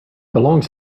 belongs